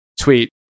tweet